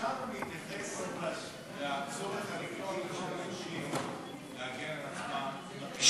אפשר גם להתייחס לצורך האנושי של אנשים להגן על עצמם.